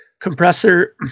compressor